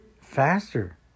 faster